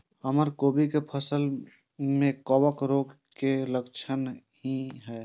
हमर कोबी के फसल में कवक रोग के लक्षण की हय?